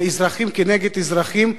של אזרחים כנגד אזרחים,